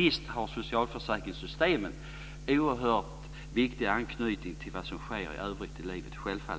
Visst har socialförsäkringssystemet oerhört viktig anknytning till vad som sker i övrigt i livet. Jo, så var